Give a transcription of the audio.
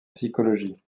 psychologie